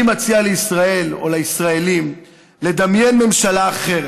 אני מציע לישראל או לישראלים לדמיין ממשלה אחרת,